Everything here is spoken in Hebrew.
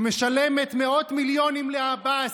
שמשלמת מאות מיליונים לעבאס,